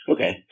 Okay